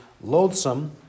loathsome